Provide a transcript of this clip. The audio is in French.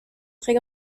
très